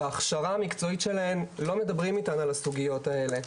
בהכשרה המקצועית שלהן לא מדברים איתן על הסוגיות האלה,